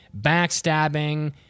backstabbing